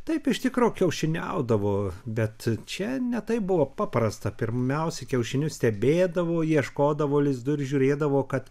taip iš tikro kiaušiniaudavo bet čia ne taip buvo paprasta pirmiausia kiaušinius stebėdavo ieškodavo lizdų ir žiūrėdavo kad